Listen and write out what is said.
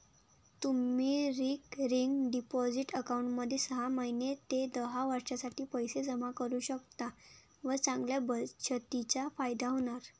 तुम्ही recurring deposit अकाउंटमध्ये सहा महिने ते दहा वर्षांसाठी पैसे जमा करू शकता व चांगल्या बचतीचा फायदा होणार